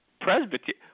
Presbyterian